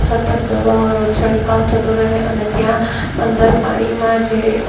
સતત દવાઓનો છંટકાવ થતો રહે અને ત્યાં અંદર પાણીમાં જે